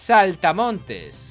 Saltamontes